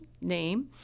name